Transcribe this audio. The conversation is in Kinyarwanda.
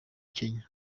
kenya